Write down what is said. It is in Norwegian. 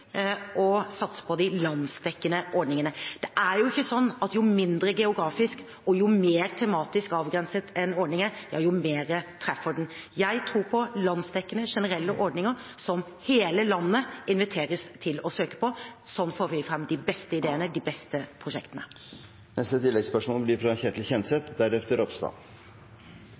å satse på de landsdekkende ordningene. Det er ikke sånn at jo mindre geografisk og mer tematisk avgrenset en ordning er, jo mer treffer den. Jeg tror på landsdekkende, generelle ordninger, som hele landet inviteres til å søke på. Slik får vi fram de beste ideene og de beste prosjektene.